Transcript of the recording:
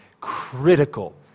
critical